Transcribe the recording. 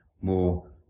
more